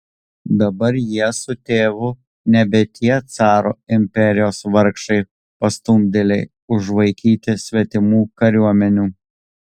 dabar jie su tėvu nebe tie caro imperijos vargšai pastumdėliai užvaikyti svetimų kariuomenių